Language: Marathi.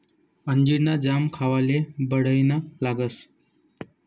अंजीर ना जाम खावाले बढाईना लागस